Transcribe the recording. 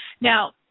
Now